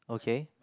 okay